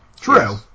True